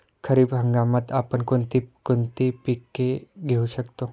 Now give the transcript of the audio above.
खरीप हंगामात आपण कोणती कोणती पीक घेऊ शकतो?